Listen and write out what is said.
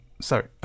sorry